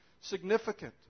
significant